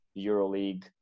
Euroleague